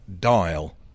dial